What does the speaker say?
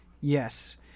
yes